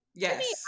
Yes